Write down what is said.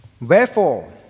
Wherefore